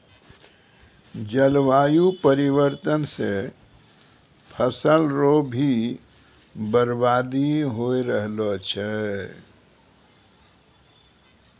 जलवायु परिवर्तन से फसल रो भी बर्बादी हो रहलो छै